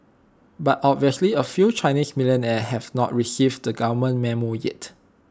but obviously A few Chinese millionaires have not received the government Memo yet